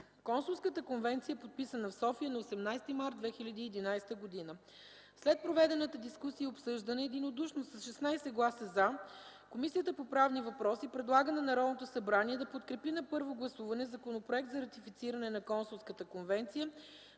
Консулската конвенция е подписана в София на 18 март 2011 г. След проведената дискусия и обсъждане, единодушно с 16 гласа „за”, Комисията по правни въпроси предлага на Народното събрание да подкрепи на първо гласуване Законопроект за ратифициране на Консулската конвенция